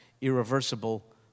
irreversible